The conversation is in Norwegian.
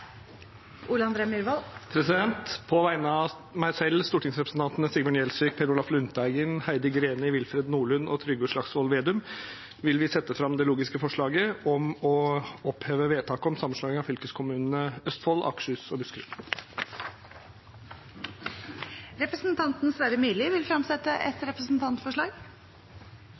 Ole André Myhrvold vil fremsette et representantforslag. På vegne av meg selv og stortingsrepresentantene Sigbjørn Gjelsvik, Per Olaf Lundteigen, Heidi Greni, Willfred Nordlund og Trygve Slagsvold Vedum vil jeg sette fram det logiske forslaget om å oppheve vedtak om sammenslåing av fylkeskommunene Østfold, Akershus og Buskerud. Representanten Sverre Myrli vil fremsette et representantforslag.